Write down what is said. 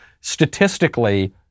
statistically